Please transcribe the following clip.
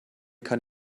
kann